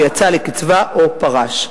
ויצא לקצבה או פרש".